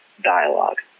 dialogue